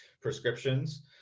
prescriptions